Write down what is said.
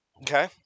Okay